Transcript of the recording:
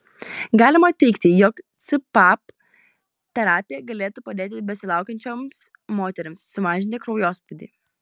galima teigti jog cpap terapija galėtų padėti besilaukiančioms moterims sumažinti kraujospūdį